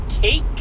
cake